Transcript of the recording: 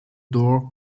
door